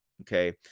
okay